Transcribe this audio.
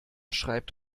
schreibt